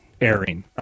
airing